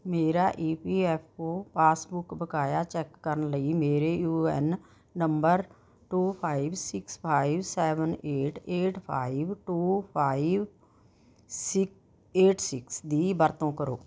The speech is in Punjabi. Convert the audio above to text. ਮੇਰਾ E P F O passbook ਬਕਾਇਆ ਚੈੱਕ ਕਰਨ ਲਈ ਮੇਰੇ U N number two five six five seven eight eight five two five ਸੀ ਏਟ ਸੀਕਸ ਦੀ ਵਰਤੋਂ ਕਰੋ